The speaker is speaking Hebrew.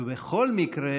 ובכל מקרה,